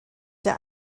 der